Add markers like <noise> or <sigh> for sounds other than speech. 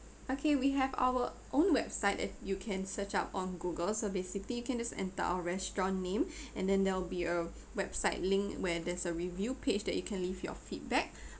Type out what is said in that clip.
okay we have our own website and you can search up on google so basically you can just enter our restaurant name <breath> and then there'll be a website link where there's a review page that you can leave your feedback <breath>